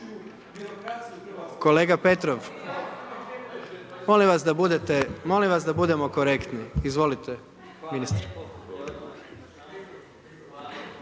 Kolega Petrov, molim vas da budemo korektni. Izvolite ministre.